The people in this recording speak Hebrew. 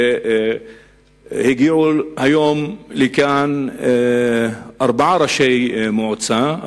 היום הגיעו לכאן ארבעה ראשי מועצה,